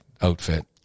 outfit